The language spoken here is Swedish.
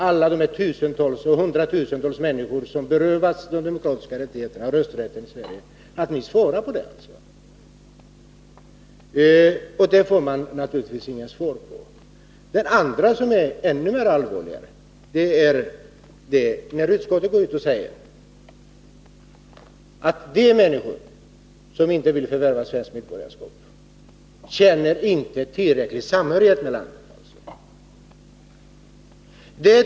Alla de hundratusentals människor som berövas denna rösträtt kräver att ni svarar på den frågan. Ännu mera allvarligt är det när utskottet säger att de människor som inte vill förvärva svenskt medborgarskap inte känner tillräcklig samhörighet med landet.